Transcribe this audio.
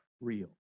real